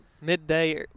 Midday